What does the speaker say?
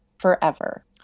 forever